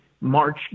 March